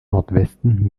nordwesten